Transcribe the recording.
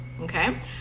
Okay